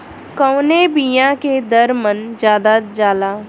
कवने बिया के दर मन ज्यादा जाला?